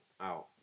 out